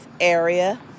area